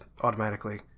automatically